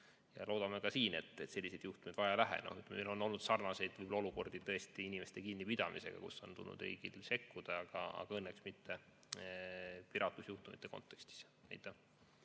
Loodame ka siin, et selliseid juhtumeid vaja ei lähe. Meil on olnud sarnaseid olukordi tõesti inimeste kinnipidamisega, kus on tulnud riigil sekkuda, aga õnneks mitte piraatlusjuhtumite kontekstis.